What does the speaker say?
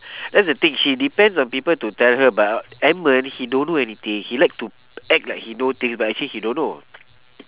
that's the thing she depends on people to tell her but edmund he don't know anything he like to act like he know things but actually he don't know